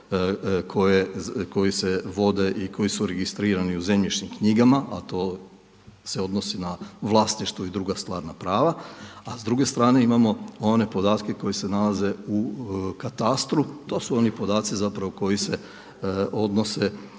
koji se vode i koji su registrirani u zemljišnim knjigama a to se odnosi na vlasništvu i druga stvarna prava. A s druge strane imamo one podatke koji se nalaze u katastru. To su oni podaci zapravo koji se odnose